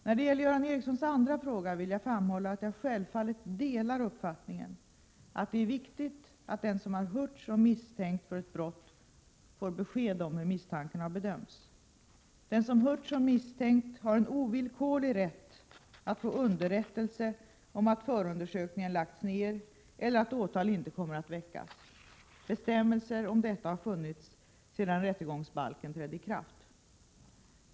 När det gäller Göran Ericssons andra fråga vill jag framhålla att jag självfallet delar uppfattningen att det är viktigt att den som har hörts som misstänkt för ett brott får besked om hur misstanken har bedömts. Den som hörts som misstänkt har en ovillkorlig rätt att få underrättelse om att förundersökningen lagts ned eller att åtal inte kommer att väckas. Bestämmelser om detta har funnits sedan rättegångsbalken trädde i kraft.